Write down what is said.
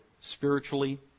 spiritually